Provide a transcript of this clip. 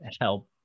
help